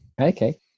Okay